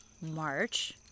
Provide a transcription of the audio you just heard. March